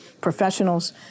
professionals